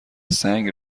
سنگ